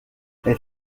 elle